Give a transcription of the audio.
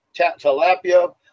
tilapia